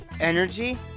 Energy